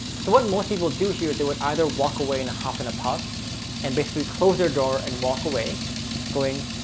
so what most people do here, they would either walk away in a half and a puff and basically close their door and walk away going,